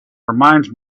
reminds